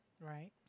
Right